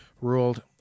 ruled